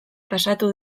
pasatu